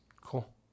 Cool